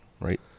right